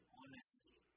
honesty